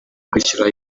kwishyura